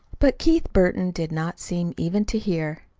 but keith burton did not seem even to hear.